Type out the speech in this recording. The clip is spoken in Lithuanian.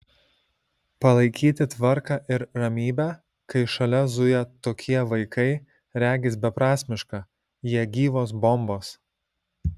palaikyti tvarką ir ramybę kai šalia zuja tokie vaikai regis beprasmiška jie gyvos bombos